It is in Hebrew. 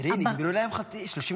תראי, נגמרו 30 דקות.